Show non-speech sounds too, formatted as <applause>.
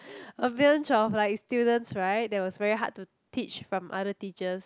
<breath> a bunch of like students right that was very hard to teach from other teachers